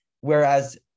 Whereas